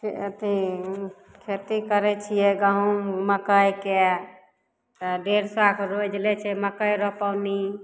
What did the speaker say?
से अथि खेती करै छियै गहूॅंम मकइके डेढ़ सएके रोज लै छै मकइ रोपौनी